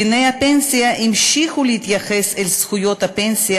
דיני הפנסיה המשיכו להתייחס אל זכויות הפנסיה